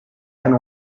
and